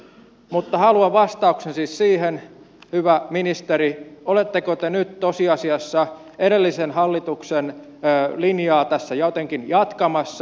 mutta haluan vastauksen siis siihen hyvä ministeri oletteko te nyt tosiasiassa edellisen hallituksen linjaa tässä jotenkin jatkamassa